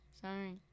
Sorry